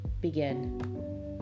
begin